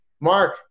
Mark